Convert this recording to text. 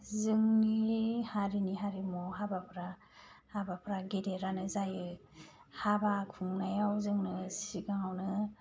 जोंनि हारिनि हारिमु हाबाफोरा हाबाफोरा गेदेरानो जायो हाबा खुंनायाव जोंनो सिगाङावनो